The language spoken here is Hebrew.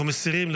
אנחנו מסירים,